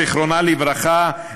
זיכרונה לברכה,